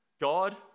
God